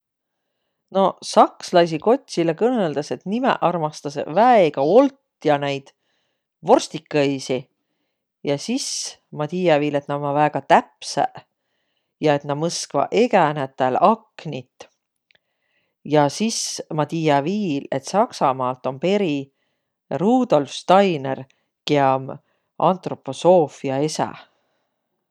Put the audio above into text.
No sakslaisi kotsilõ kõnõldas, et nimäq armastasõq väega olt ja naid vorstikõisi. Ja sis ma tiiä viil, et nä ommaq väega täpsäq ja et nä mõskvaq egä nätäl aknit. Ja sis ma tiiä viil, et S'aksamaalt om peri Rudolf Steiner, kiä om antroposoofia esä.